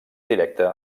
directa